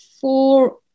four